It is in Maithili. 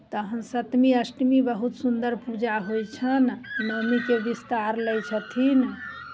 तखन सतमी अष्टमी बहुत सुन्दर पूजा होइ छनि नवमीके विस्तार लैत छथिन